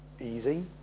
easy